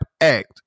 act